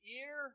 ear